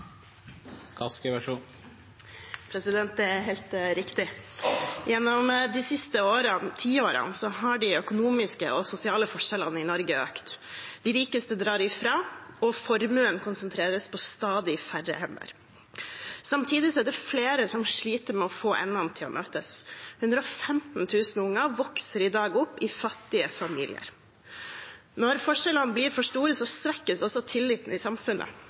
Det er helt riktig. Gjennom de siste tiårene har de økonomiske og sosiale forskjellene i Norge økt. De rikeste drar ifra, og formuen konsentreres på stadig færre hender. Samtidig er det flere som sliter med å få endene til å møtes. 115 000 unger vokser i dag opp i fattige familier. Når forskjellene blir for store, svekkes også tilliten i samfunnet.